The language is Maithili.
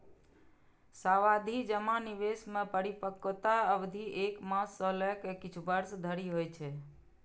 सावाधि जमा निवेश मे परिपक्वता अवधि एक मास सं लए के किछु वर्ष धरि होइ छै